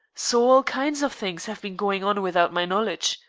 so all kinds of things have been going on without my knowledge.